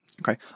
Okay